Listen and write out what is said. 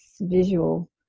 visual